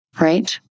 right